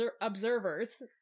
Observers